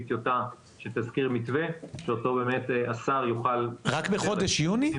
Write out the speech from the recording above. טיוטה של תזכיר מתווה שאותו השר יוכל --- רק בחודש יוני?